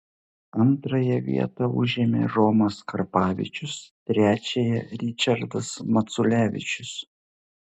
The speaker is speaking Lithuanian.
antrąją vietą užėmė romas karpavičius trečiąją ričardas maculevičius